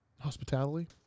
Hospitality